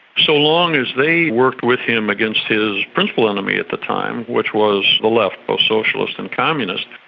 so long as they worked with him against his principal enemy at the time, which was the left, both socialist and communist,